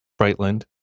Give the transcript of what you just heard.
Brightland